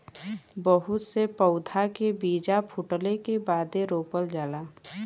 बहुत से पउधा के बीजा फूटले के बादे रोपल जाला